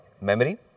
memory